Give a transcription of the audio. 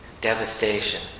devastation